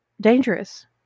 dangerous